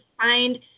find